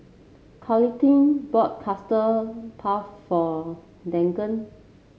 Carleton bought Custard Puff for Deegan